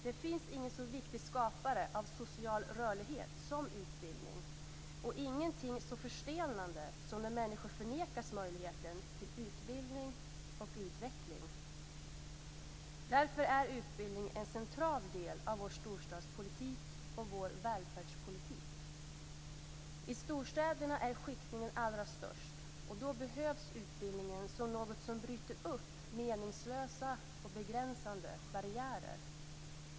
Det finns ingen så viktig skapare av social rörlighet som utbildning och ingenting så förstelnande som när människor förnekas möjligheten till utbildning och utveckling. Därför är utbildning en central del av vår storstadspolitik och vår välfärdspolitik. I storstäderna är skiktningen allra störst, och då behövs utbildningen som något som bryter upp meningslösa och begränsande barriärer.